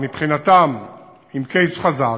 מבחינתם עם case חזק,